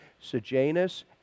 Sejanus